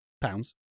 Pounds